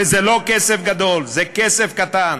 וזה לא כסף גדול, זה כסף קטן.